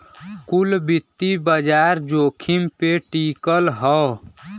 कुल वित्तीय बाजार जोखिम पे टिकल हौ